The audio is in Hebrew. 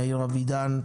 יאיר אבידן,